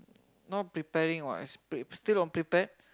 no preparing what is still still on prepare